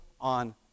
on